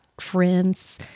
friends